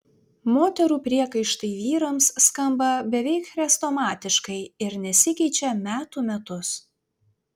moterų priekaištai vyrams skamba beveik chrestomatiškai ir nesikeičia metų metus